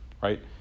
right